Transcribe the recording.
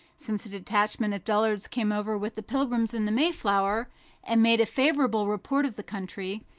since a detachment of dullards came over with the pilgrims in the mayflower and made a favorable report of the country,